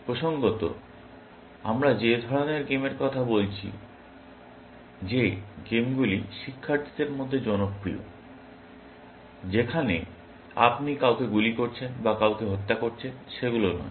প্রসঙ্গত আমরা যে ধরনের গেমের কথা বলছি যে গেমগুলি শিক্ষার্থীদের মধ্যে জনপ্রিয় যেখানে আপনি কাউকে গুলি করছেন বা কাউকে হত্যা করছেন সেগুলো নয়